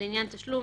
לעניין תשלום,